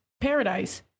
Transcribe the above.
paradise